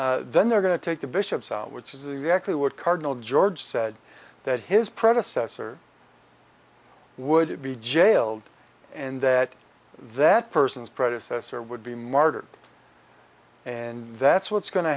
out then they're going to take the bishops out which is exactly what cardinal george said that his predecessor would be jailed and that that person's predecessor would be martyred and that's what's go